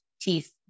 teeth